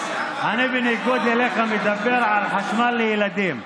אני, בניגוד אליך, מדבר על חשמל לילדים,